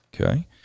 Okay